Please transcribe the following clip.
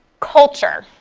culture,